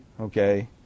okay